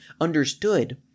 understood